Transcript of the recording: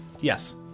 Yes